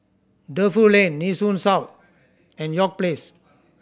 Defu Lane Nee Soon South and York Place